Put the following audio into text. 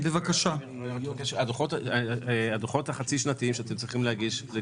אני מבקש שאת הדוחות החצי שנתיים לגבי